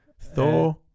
Thor